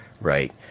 right